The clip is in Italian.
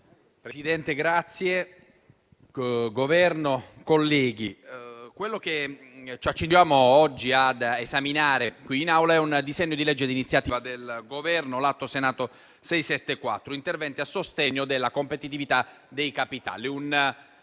del Governo, onorevoli colleghi, quello che ci accingiamo oggi ad esaminare in Aula è un disegno di legge di iniziativa del Governo, l'Atto Senato 674: «Interventi a sostegno della competitività dei capitali».